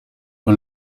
con